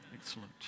Excellent